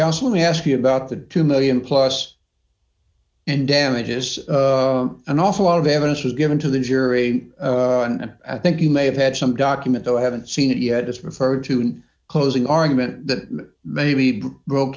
counsel me ask you about the two million plus in damages an awful lot of evidence was given to the jury and i think you may have had some document though i haven't seen it yet it's referred to in closing argument that maybe broke